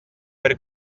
per